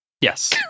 yes